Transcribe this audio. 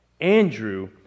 Andrew